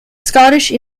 scottish